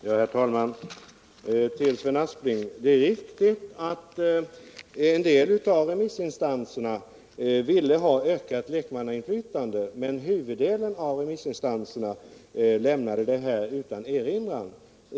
Herr talman! Jag vill säga till Sven Aspling att det är riktigt att en del av remissinstanserna ville ha ett ökat lekmannainflytande. Men huvuddelen av remissinstanserna lämnade detta utan erinran.